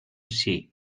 sea